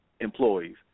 employees